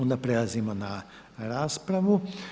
Onda prelazimo na raspravu.